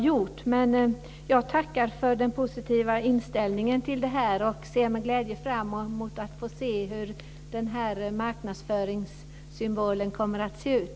Jag tackar för den positiva inställningen, och ser med glädje fram emot att få se hur marknadsföringssymbolen kommer att se ut.